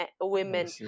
women